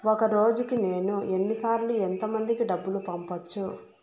ఒక రోజుకి నేను ఎన్ని సార్లు ఎంత మందికి డబ్బులు పంపొచ్చు?